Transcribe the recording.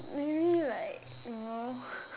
maybe like you know